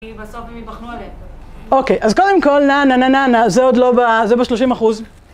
אוקיי, אז קודם כל, נא נא נא נא, זה עוד לא ב... זה ב-30 אחוז.